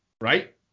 right